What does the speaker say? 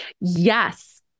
Yes